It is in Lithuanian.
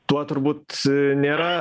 tuo turbūt nėra